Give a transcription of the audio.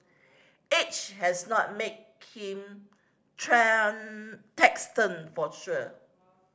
age has not made him taciturn for sure